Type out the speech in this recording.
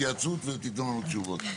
תקיימו התייעצות ותנו לנו תשובה.